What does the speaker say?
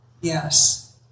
yes